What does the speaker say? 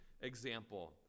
example